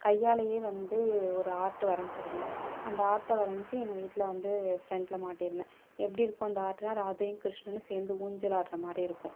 கையாலையே வந்து ஒரு ஆர்ட்டு வரைஞ்சிருந்தேன் அந்த ஆர்ட்டை வரஞ்சு எங்கள் வீட்டில் வந்து ஃப்ரெண்டில் மாட்டிருந்தேன் எப்டி இருக்கும் அந்த ஆர்ட்னால் ராதையும் கிருஷ்ணனும் சேர்ந்து ஊஞ்சல் ஆடுற மாதிரி இருக்கும்